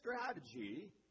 strategy